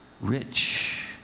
rich